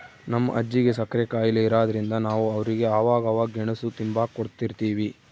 ನಮ್ ಅಜ್ಜಿಗೆ ಸಕ್ರೆ ಖಾಯಿಲೆ ಇರಾದ್ರಿಂದ ನಾವು ಅವ್ರಿಗೆ ಅವಾಗವಾಗ ಗೆಣುಸು ತಿಂಬಾಕ ಕೊಡುತಿರ್ತೀವಿ